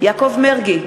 יעקב מרגי,